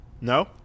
No